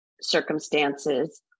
circumstances